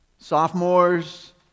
sophomores